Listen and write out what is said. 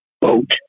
boat